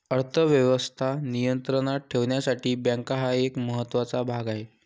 अर्थ व्यवस्था नियंत्रणात ठेवण्यासाठी बँका हा एक महत्त्वाचा भाग आहे